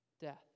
death